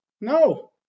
No